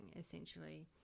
essentially